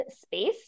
space